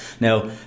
Now